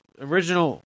original